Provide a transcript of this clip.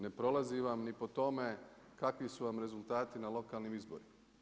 Ne prolazi vam ni po tome kakvi su vam rezultati na lokalnim izborima.